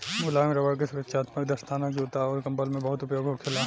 मुलायम रबड़ के सुरक्षात्मक दस्ताना, जूता अउर कंबल में बहुत उपयोग होखेला